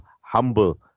humble